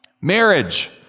Marriage